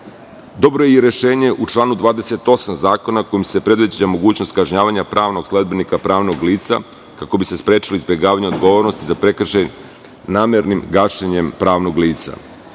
je i rešenje u članu 28. zakona, kojim se predviđa mogućnost kažnjavanja pravnog sledbenika pravnog lica, kako bi se sprečilo izbegavanje odgovornosti za prekršaj namernim gašenjem pravnog